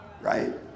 right